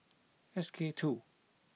S K two